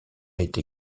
été